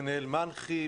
מנהל מנח"י,